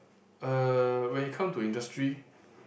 uh when it come to industry